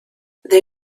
they